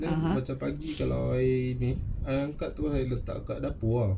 macam pagi kalau I ini I letak tu I letak kat dapur ah